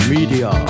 Media